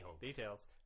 Details